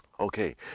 Okay